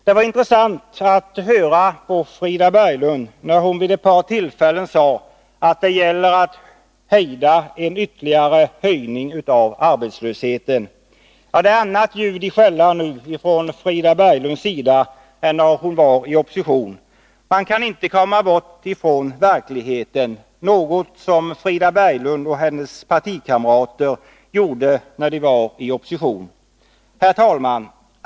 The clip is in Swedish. Det var intressant att höra Frida Berglund vid ett par tillfällen säga att det gäller att hejda en ytterligare höjning av arbetslösheten. Det är annat ljud i skällan nu från Frida Berglunds sida än när hon var i opposition. Man kan inte komma bort från verkligheten, något som Frida Berglund och hennes partikamrater gjorde när de var i opposition. Herr talman!